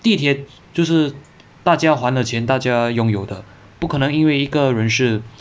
地铁就是大家还的钱大家拥有的不可能因为一个人士